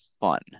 fun